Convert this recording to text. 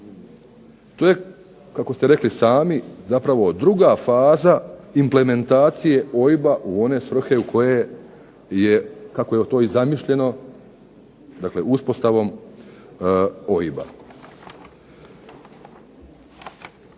To je kako ste rekli sami, zapravo druga faza o implementacije OIB-a u one svrhe kako je to i zamišljeno, dakle uspostavom OIB-a.